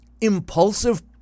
Impulsive